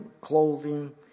clothing